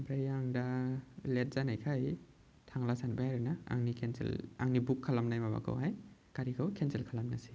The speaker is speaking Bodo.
ओमफ्राय आं दा लेट जानायखाय थांला सानबाय आरोना आंनि केन्सेल आंनि बुक खालामनाय माबाखौहाय गारिखौ केन्सेल खालामनोसै